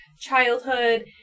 childhood